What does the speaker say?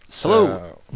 Hello